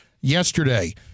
yesterday